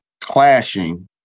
clashing